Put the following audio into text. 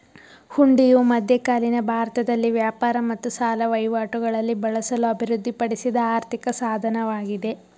ಹುಂಡಿಯು ಮಧ್ಯಕಾಲೀನ ಭಾರತದಲ್ಲಿ ವ್ಯಾಪಾರ ಮತ್ತು ಸಾಲ ವಹಿವಾಟುಗಳಲ್ಲಿ ಬಳಸಲು ಅಭಿವೃದ್ಧಿಪಡಿಸಿದ ಆರ್ಥಿಕ ಸಾಧನವಾಗಿದೆ